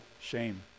shame